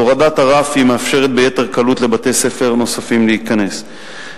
אז הורדת הרף מאפשרת לבתי-ספר נוספים להיכנס לפרויקט ביתר קלות.